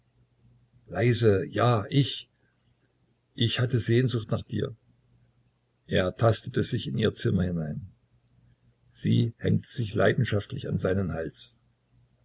leise ja ich ich hatte sehnsucht nach dir er tastete sich in ihr zimmer hinein sie hängte sich leidenschaftlich an seinen hals